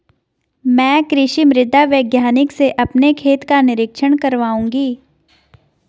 मैं कृषि मृदा वैज्ञानिक से अपने खेत का निरीक्षण कराऊंगा